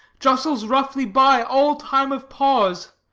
justles roughly by all time of pause,